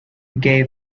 gay